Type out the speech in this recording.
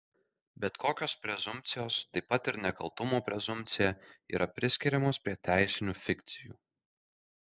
bet kokios prezumpcijos taip pat ir nekaltumo prezumpcija yra priskiriamos prie teisinių fikcijų